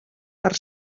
per